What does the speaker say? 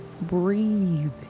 Breathe